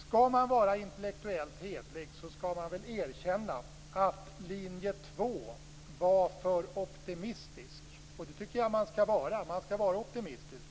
Om man skall vara intellektuellt hederlig skall man väl erkänna att linje 2 var för optimistisk, och jag tycker att man skall vara optimistisk.